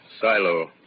silo